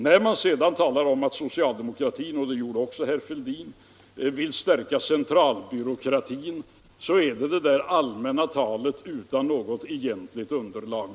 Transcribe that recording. När man sedan talar om — det gjorde också herr Fälldin — att socialdemokratin vill stärka centralbyråkratin, så är det där allmänna talet utan något egentligt innehåll.